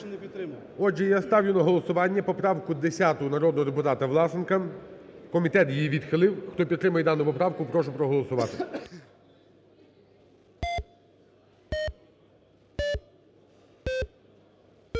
Дякую. Я ставлю на голосування поправку 209 народного депутата Одарченка. Комітет її відхилив. Хто підтримує дану поправку, прошу проголосувати,